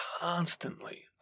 constantly